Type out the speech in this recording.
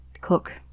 Cook